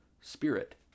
spirit